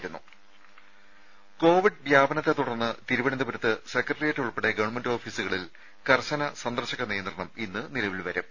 രുമ കോവിഡ് വ്യാപനത്തെത്തുടർന്ന് തിരുവനന്തപുരത്ത് സെക്രട്ടറിയേറ്റ് ഉൾപ്പെടെ ഗവൺമെന്റ് ഓഫീസുകളിൽ കർശന സന്ദർശക നിയന്ത്രണം ഇന്ന നിലവിൽ വരും